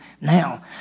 now